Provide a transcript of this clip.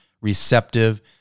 receptive